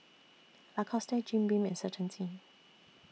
Lacoste Jim Beam and Certainty